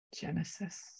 Genesis